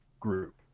group